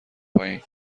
پایین